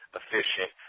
efficient